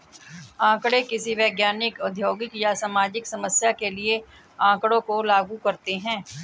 आंकड़े किसी वैज्ञानिक, औद्योगिक या सामाजिक समस्या के लिए आँकड़ों को लागू करते है